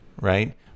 right